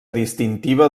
distintiva